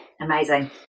amazing